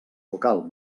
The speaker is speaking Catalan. local